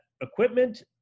equipment